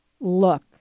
look